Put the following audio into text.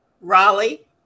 Raleigh